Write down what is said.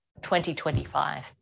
2025